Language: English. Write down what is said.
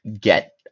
get